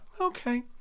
okay